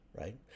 Right